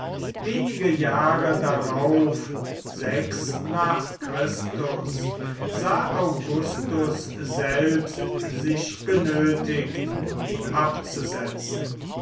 wenige jahre darauf sechs nach christus sah augustus selbst sich genötigt ihn abzusetzen